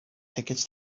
tickets